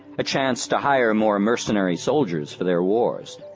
a chance to hire more mercenary soldiers for their wars.